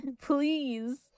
Please